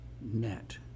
net